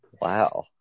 Wow